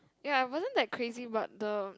ya is wasn't that crazy but the